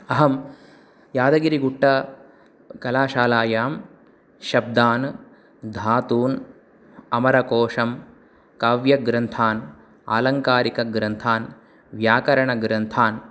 अहं यादगिरीगुट्टा कलाशालायां शब्दान् धातून् अमरकोषं काव्यग्रन्थान् आलङ्कारिकग्रन्थान् व्याकरणग्रन्थान्